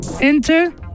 Enter